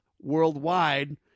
worldwide